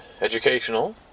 educational